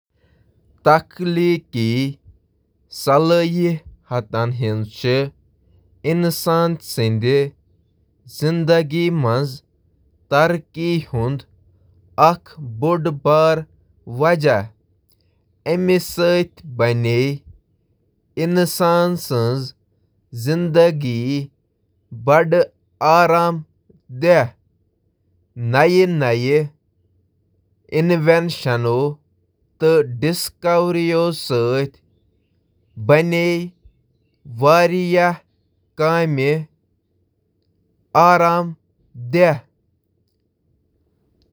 تخلیقی صلاحیتہٕ چِھ اسہٕ تبدیلین سۭتۍ مطابقت تھاونس ، مسائلن حل کرنس تہٕ نئۍ خیالات تیار کرنس منٛز مدد کرتھ انسٲنی ترقی منٛز اہم کردار ادا کران: